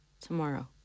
tomorrow